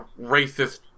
racist